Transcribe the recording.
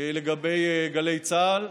לגבי גלי צה"ל,